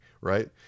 right